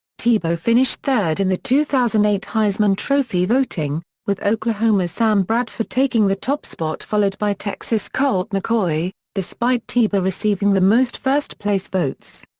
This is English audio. tebow finished third in the two thousand and eight heisman trophy voting, with oklahoma's sam bradford taking the top spot followed by texas' colt mccoy, despite tebow receiving the most first-place votes.